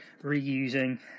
reusing